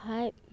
five